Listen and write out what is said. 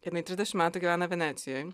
jinai trisdešimt metų gyvena venecijoj